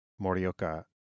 Morioka